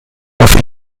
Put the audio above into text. auf